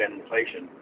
inflation